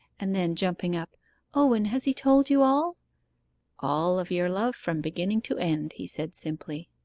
and then jumping up owen, has he told you all all of your love from beginning to end he said simply.